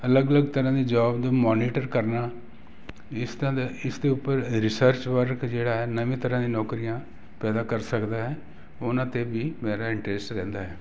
ਅਲੱਗ ਅਲੱਗ ਤਰ੍ਹਾਂ ਦੀ ਜੋਬ ਨੂੰ ਮੋਨੀਟਰ ਕਰਨਾ ਇਸ ਤਰ੍ਹਾਂ ਇਸਦੇ ਉੱਪਰ ਰਿਸਰਚ ਵਰਕ ਜਿਹੜਾ ਹੈ ਨਵੇਂ ਤਰ੍ਹਾਂ ਦੀਆਂ ਨੌਕਰੀਆਂ ਪੈਦਾ ਕਰ ਸਕਦਾ ਹੈ ਉਹਨਾਂ 'ਤੇ ਵੀ ਮੇਰਾ ਇਨਟਰਸਟ ਰਹਿੰਦਾ ਹੈ